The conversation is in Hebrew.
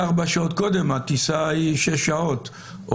אורכה של הטיסה הוא שש שעות.